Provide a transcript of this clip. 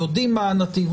יודעים מה הנתיב,